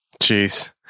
Jeez